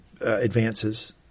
advances